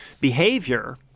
behavior